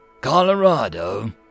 Colorado